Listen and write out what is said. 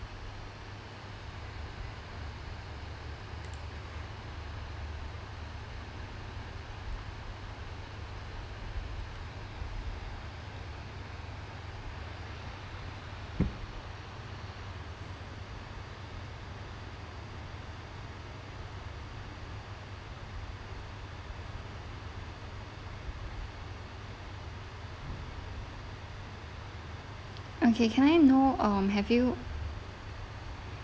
okay can I know um have you